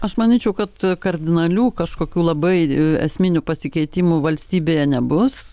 aš manyčiau kad kardinalių kažkokių labai esminių pasikeitimų valstybėje nebus